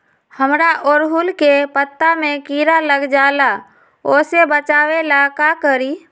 हमरा ओरहुल के पत्ता में किरा लग जाला वो से बचाबे ला का करी?